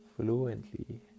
fluently